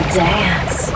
dance